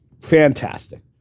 fantastic